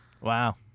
Wow